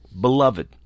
Beloved